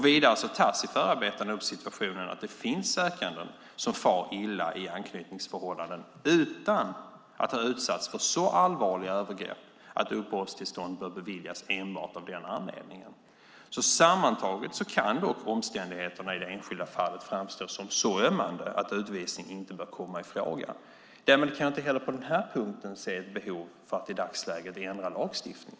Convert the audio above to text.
Vidare tar man i förarbetena upp situationen att det finns sökande som far illa i anknytningsförhållanden utan att ha utsatts för så allvarliga övergrepp att uppehållstillstånd bör beviljas enbart av denna anledning. Sammantaget kan då omständigheterna i det enskilda fallet framstå som så ömmande att utvisning inte bör komma i fråga. Därmed kan jag inte heller på denna punkt se ett behov av att i dagsläget ändra lagstiftningen.